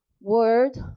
word